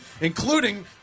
including